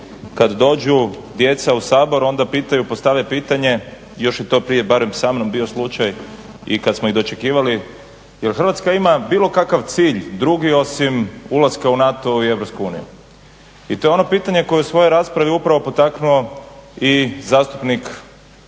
Kad dođu djeca u Sabor onda pitaju, postave pitanje, još je to prije barem samnom bio slučaj i kad smo ih dočekivali jel Hrvatska ima bilo kakav cilj drugi osim ulaska u NATO i EU? I to je ono pitanje koje u svojoj raspravi upravo potaknuo i zastupnik Grubišić,